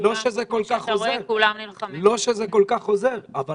לא שזה כל כך עוזר --- כולנו.